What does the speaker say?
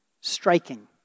Striking